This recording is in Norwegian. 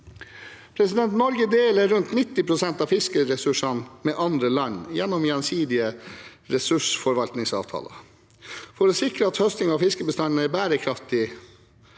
Norge deler rundt 90 pst. av fiskeressursene med andre land gjennom gjensidige ressursforvaltningsavtaler. For å sikre at høstingen av fiskebestandene er bærekraftige,